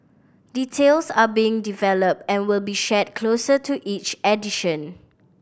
details are being developed and will be shared closer to each edition